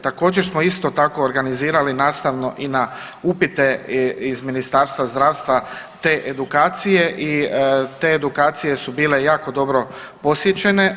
Također smo isto tako organizirali nastavno i na upite iz Ministarstva zdravstva te edukacije i te edukacije su bile jako dobro posjećene.